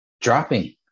dropping